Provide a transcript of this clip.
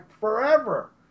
forever